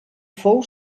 fou